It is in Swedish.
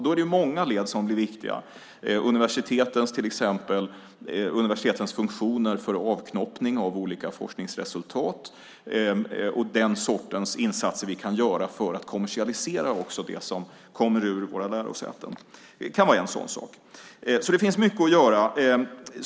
Då är det många led som blir viktiga, till exempel universitetens funktioner för avknoppning av olika forskningsresultat och den sortens insatser vi kan göra för att också kommersialisera det som kommer ur våra lärosäten. Det kan vara en sådan sak. Det finns mycket att göra.